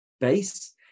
base